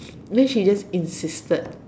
means she just insisted